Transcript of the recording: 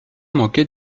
manqué